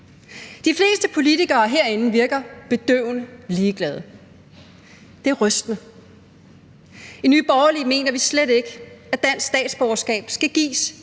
De fleste politikere herinde virker bedøvende ligeglade. Det er rystende. I Nye Borgerlige mener vi slet ikke, at dansk statsborgerskab skal gives